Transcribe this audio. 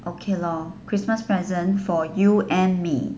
okay lor christmas present for you and me